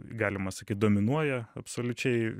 galima sakyt dominuoja absoliučiai